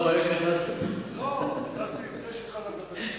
נכנסתי לפני שהתחלת לדבר.